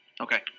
Okay